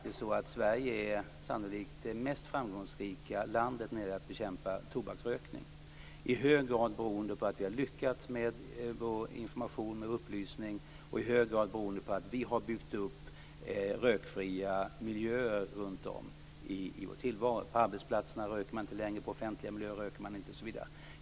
Sverige är sannolikt det mest framgångsrika landet när det gäller att bekämpa tobaksrökning, i hög grad beroende på att vi har lyckats med vår information och upplysning, i hög grad beroende på att vi har byggt upp rökfria miljöer runt om i vår tillvaro. På arbetsplatserna röker man inte längre, i offentliga miljöer röker man inte, osv.